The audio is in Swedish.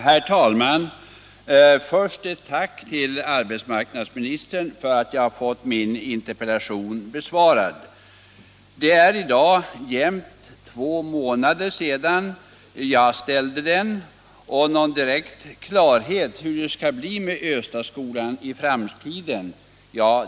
Herr talman! Först ett tack till arbetsmarknadsministern för att jag fått min interpellation besvarad. Det är i dag jämnt två månader sedan jag ställde den, men av svaret har jag inte fått någon klarhet i hur det skall bli med Östaskolan i framtiden.